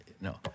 No